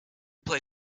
play